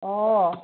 ꯑꯣ